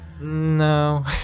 No